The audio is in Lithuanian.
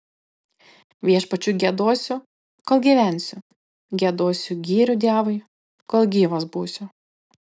viešpačiui giedosiu kol gyvensiu giedosiu gyrių dievui kol gyvas būsiu